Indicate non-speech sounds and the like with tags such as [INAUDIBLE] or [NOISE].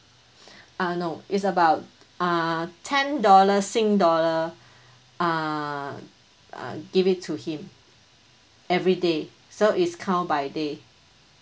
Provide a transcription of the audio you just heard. [BREATH] uh no it's about err ten dollar sing dollar err uh give it to him everyday so is count by day